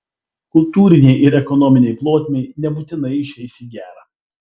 kultūrinei ir ekonominei plotmei nebūtinai išeis į gerą